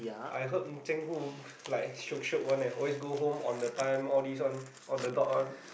I heard Zheng-Hu like shiok [one] leh always go home on the time all these [one] on the dot [one]